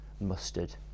mustard